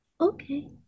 Okay